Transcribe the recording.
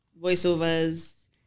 voiceovers